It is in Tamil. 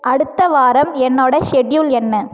அடுத்த வாரம் என்னோட ஷெட்யூல் என்ன